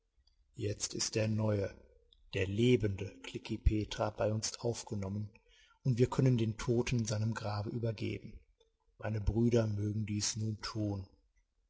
jetzt ist der neue der lebende klekih petra bei uns aufgenommen und wir können den toten seinem grabe übergeben meine brüder mögen dies nun tun